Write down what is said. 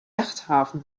yachthafen